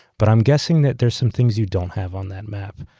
but i'm guessing that there's some things you don't have on that map.